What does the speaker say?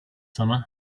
summer